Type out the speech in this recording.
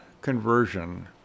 conversion